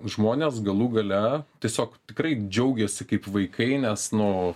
žmonės galų gale tiesiog tikrai džiaugiasi kaip vaikai nes nu